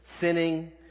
sinning